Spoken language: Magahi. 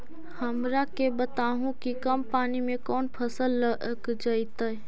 हमरा के बताहु कि कम पानी में कौन फसल लग जैतइ?